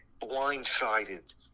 blindsided